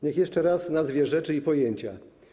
Niech jeszcze raz nazwie rzeczy i pojęcia/